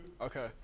Okay